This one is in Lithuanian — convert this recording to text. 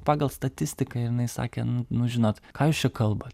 pagal statistiką jinai sakė nu nu žinot ką jūs čia kalbat